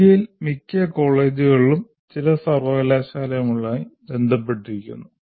ഇന്ത്യയിലെ മിക്ക കോളേജുകളും ചില സർവകലാശാലകളുമായി ബന്ധപ്പെട്ടിരിക്കുന്നു